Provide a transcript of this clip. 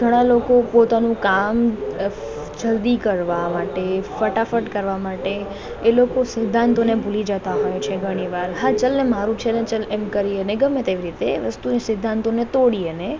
ઘણાં લોકો પોતાનું કામ જલ્દી કરવા માટે ફટાફટ કરવા માટે એ લોકો સિદ્ધાંતોને ભૂલી જતા હોય છે ઘણીવાર હા ચલ ને મારું છે ને ચલ એમ કરી અને ગમે તેવી રીતે વસ્તુને સિદ્ધાંતોને તોડી અને